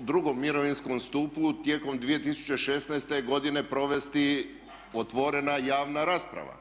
drugom mirovinskom stupu tijekom 2016. godine provesti otvorena javna rasprava.